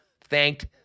thanked